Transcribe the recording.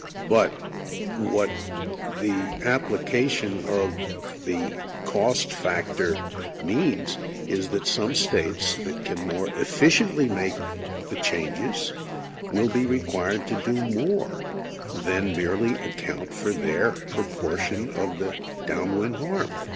but what the application of the cost factor means is that some states that can more efficiently make the changes will be required to do more than merely account for their proportion of the downwind harm.